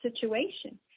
situation